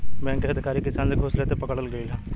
bank के अधिकारी किसान से घूस लेते पकड़ल गइल ह